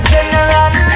General